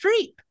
Streep